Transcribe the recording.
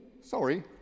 sorry